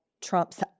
Trump's